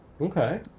okay